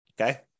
okay